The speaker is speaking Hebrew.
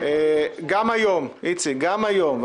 גם היום,